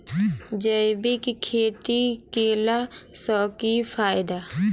जैविक खेती केला सऽ की फायदा?